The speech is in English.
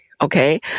okay